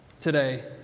today